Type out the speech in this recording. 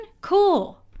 Cool